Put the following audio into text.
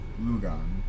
Lugan